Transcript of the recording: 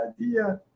idea